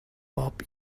pop